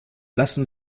lassen